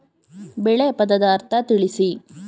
ಬೆಳೆ ಪದದ ಅರ್ಥ ತಿಳಿಸಿ?